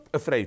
afraid